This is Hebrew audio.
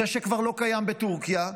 זה שכבר לא קיים בטורקיה,